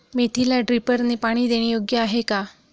मेथीला ड्रिपने पाणी देणे योग्य आहे का?